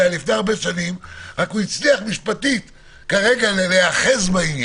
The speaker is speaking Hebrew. לפני הרבה שנים אלא שהוא הצליח משפטית להיאחז בה,